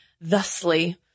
thusly